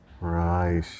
right